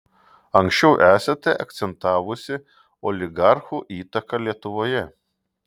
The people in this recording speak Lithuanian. anksčiau esate akcentavusi oligarchų įtaką lietuvoje